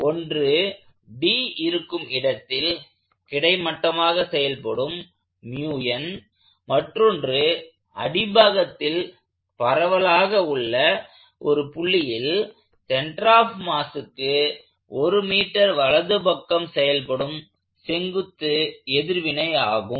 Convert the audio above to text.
ஒன்று d இருக்கும் இடத்தில் கிடைமட்டமாக செயல்படும் மற்றொன்று அடிப்பாகத்தில் பரவலாக உள்ள ஒரு புள்ளியில் சென்டர் ஆப் மாஸுக்கு 1m வலது பக்கம் செயல்படும் செங்குத்து எதிர்வினை ஆகும்